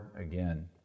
again